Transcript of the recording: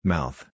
Mouth